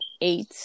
eight